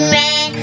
Man